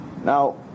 now